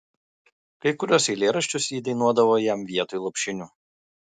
kai kuriuos eilėraščius ji dainuodavo jam vietoj lopšinių